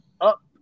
up –